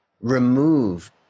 remove